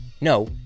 No